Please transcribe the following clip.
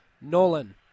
Nolan